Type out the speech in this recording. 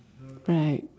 right